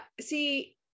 see